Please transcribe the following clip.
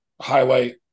highlight